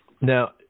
Now